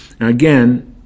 Again